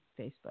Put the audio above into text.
Facebook